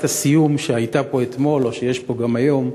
הסיום שהייתה פה אתמול ושיש פה גם היום.